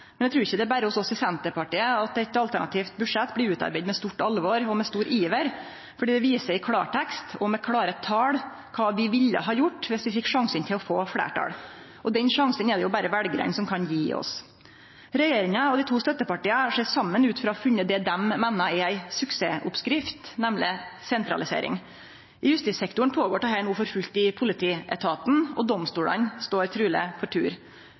Men eg trur ikkje det er berre hos oss i Senterpartiet at eit alternativt budsjett blir utarbeidt med stort alvor og stor iver, fordi det viser i klårtekst og med klåre tal kva vi ville ha gjort viss vi fekk sjansen til å få fleirtal. Og den sjansen er det jo berre veljarane som kan gje oss. Regjeringa og dei to støttepartia ser saman ut til å ha funne det dei meiner er ei suksessoppskrift, nemleg sentralisering. I justissektoren er dette no i gang for fullt i politietaten, og domstolane står truleg for tur.